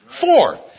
Four